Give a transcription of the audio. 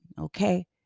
Okay